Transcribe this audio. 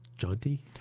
Jaunty